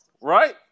right